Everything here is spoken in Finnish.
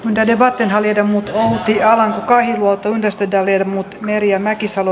tätä vartenhan viedä mut sijaan kahiluoto yhdistetään jermut merja mäkisalo